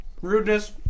rudeness